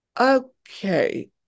okay